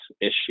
issue